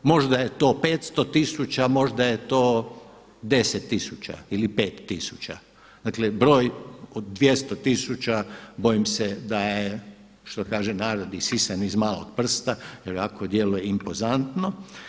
Možda je to 500 tisuća, možda je to 10 tisuća ili 5 tisuća, dakle broj od 200 tisuća bojim se da je što kaže narod, isisan iz malog prsta jer ovako djeluje impozantno.